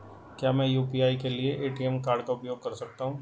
क्या मैं यू.पी.आई के लिए ए.टी.एम कार्ड का उपयोग कर सकता हूँ?